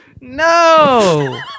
No